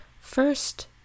first